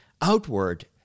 outward